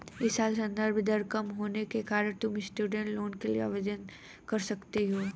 इस साल संदर्भ दर कम होने के कारण तुम स्टूडेंट लोन के लिए आवेदन कर सकती हो